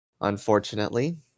Unfortunately